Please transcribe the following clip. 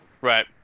right